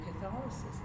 Catholicism